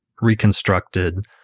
reconstructed